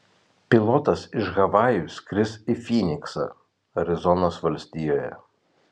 pilotas iš havajų skris į fyniksą arizonos valstijoje